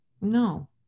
No